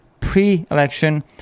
pre-election